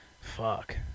fuck